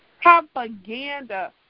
Propaganda